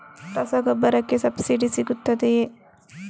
ರಸಗೊಬ್ಬರಕ್ಕೆ ಸಬ್ಸಿಡಿ ಸಿಗುತ್ತದೆಯೇ?